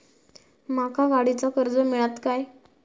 माका गाडीचा कर्ज मिळात काय?